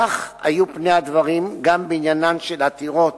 כך היו פני הדברים גם בעניינן של העתירות